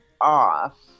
off